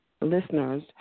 listeners